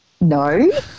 No